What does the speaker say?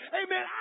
amen